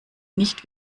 nicht